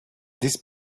this